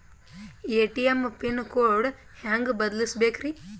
ATM pin code ಹೆಂಗ್ ಬದಲ್ಸ್ಬೇಕ್ರಿ?